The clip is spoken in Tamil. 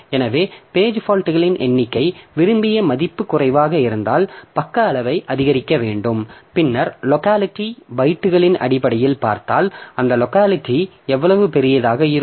எனவே பேஜ் ஃபால்ட்களின் எண்ணிக்கை விரும்பிய மதிப்பு குறைவாக இருந்தால் பக்க அளவை அதிகரிக்க வேண்டும் பின்னர் லோக்காலிட்டி பைட்டுகளின் அடிப்படையில் பார்த்தால் அந்த லோக்காலிட்டி எவ்வளவு பெரியதாக இருக்கும்